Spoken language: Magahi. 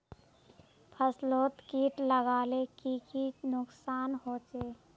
फसलोत किट लगाले की की नुकसान होचए?